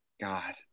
god